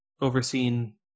overseen